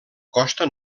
costa